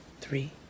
three